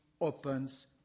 opens